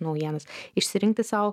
naujienas išsirinkti sau